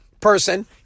person